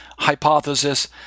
hypothesis